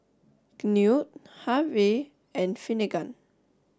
Knute Harve and Finnegan